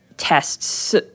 Tests